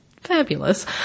fabulous